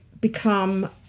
become